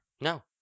No